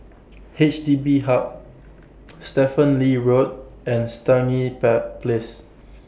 H D B Hub Stephen Lee Road and Stangee Place